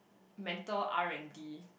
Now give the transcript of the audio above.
mental R-and-D